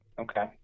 Okay